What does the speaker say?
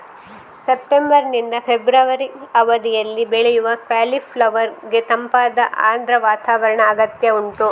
September ನಿಂದ February ಅವಧಿನಲ್ಲಿ ಬೆಳೆಯುವ ಕಾಲಿಫ್ಲವರ್ ಗೆ ತಂಪಾದ ಆರ್ದ್ರ ವಾತಾವರಣದ ಅಗತ್ಯ ಉಂಟು